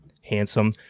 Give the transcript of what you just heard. handsome